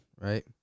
right